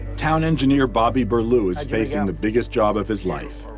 town engineer bobby burlew is facing the biggest job of his life.